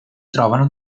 trovano